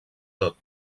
tot